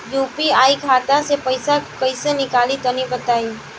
UPI खाता से पइसा कइसे निकली तनि बताई?